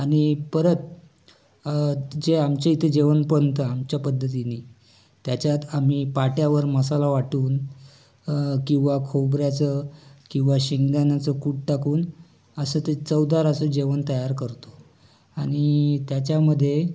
आणि परत जे आमच्या इथे जेवण बनतं आमच्या पद्धतीने त्याच्यात आम्ही पाट्यावर मसाला वाटून किंवा खोबऱ्याचं किंवा शेंगदाण्याचं कूट टाकून असं ते चवदार असं जेवण तयार करतो आणि त्याच्यामध्ये